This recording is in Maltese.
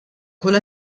kull